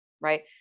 right